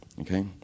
Okay